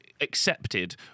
accepted